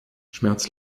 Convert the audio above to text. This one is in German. schmerz